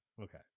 Okay